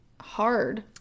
hard